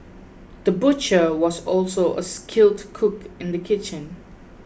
the butcher was also a skilled cook in the kitchen